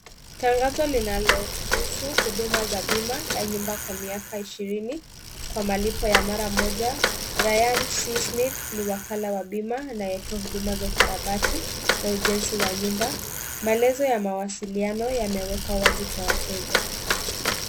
Tangazo linalohusu huduma ya bima ya nyumba kwa miaka ishirini kwa malipo ya mara moja RYAN C SMITH ni wakala wa bima anayetoa huduma za ukarabati wa ujenzi wa nyumba. Maelezo ya mawasiliano yamewekwa wazi kwa wateja.